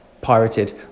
pirated